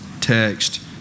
text